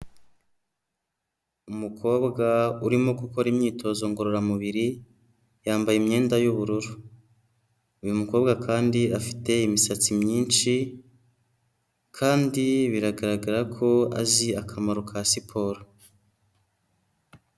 Umukobwa urimo gukora imyitozo ngororamubiri yambaye imyenda y'ubururu. Uyu mukobwa kandi afite imisatsi myinshi kandi biragaragara ko azi akamaro ka siporo.